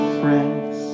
friends